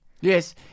Yes